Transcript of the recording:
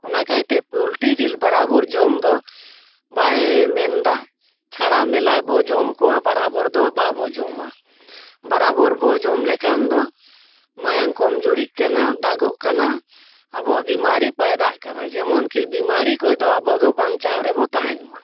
ᱚᱱᱟ ᱠᱟᱭᱛᱮ ᱯᱳᱞᱴᱨᱤ ᱡᱤᱞ ᱵᱚᱨᱟᱵᱳᱨ ᱡᱚᱢ ᱫᱚ ᱵᱟᱭ ᱢᱮᱱᱫᱟ ᱪᱷᱟᱲᱟ ᱢᱮᱞᱟ ᱵᱚᱱ ᱡᱚᱢ ᱠᱚᱣᱟ ᱵᱚᱨᱟᱵᱳᱨ ᱫᱚ ᱵᱟᱵᱚᱱ ᱡᱚᱢᱟ ᱵᱚᱨᱟᱵᱳᱨ ᱵᱚᱱ ᱡᱚᱢ ᱞᱮᱠᱷᱟᱱ ᱫᱚ ᱢᱟᱭᱟᱝ ᱠᱚᱢ ᱡᱩᱨᱤᱜ ᱠᱟᱱᱟ ᱫᱟᱜᱚᱜ ᱠᱟᱱᱟ ᱟᱵᱚᱣᱟᱜ ᱵᱤᱢᱟᱨᱤ ᱯᱟᱭᱫᱟᱜ ᱠᱟᱱᱟ ᱡᱮᱢᱚᱱ ᱠᱤ ᱵᱤᱢᱟᱨᱤ ᱠᱷᱚᱱ ᱫᱚ ᱟᱵᱚ ᱫᱚ ᱵᱟᱧᱪᱟᱣ ᱨᱮᱵᱚᱱ ᱛᱟᱦᱮᱱ ᱢᱟ